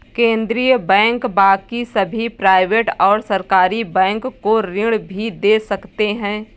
केन्द्रीय बैंक बाकी सभी प्राइवेट और सरकारी बैंक को ऋण भी दे सकते हैं